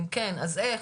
אם כן אז איך?